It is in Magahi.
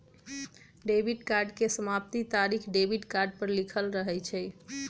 डेबिट कार्ड के समाप्ति तारिख डेबिट कार्ड पर लिखल रहइ छै